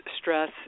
stress